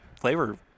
flavor